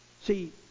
See